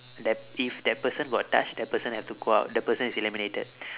that if that person got touch that person have to go out that person is eliminated